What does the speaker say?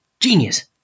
genius